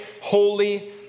holy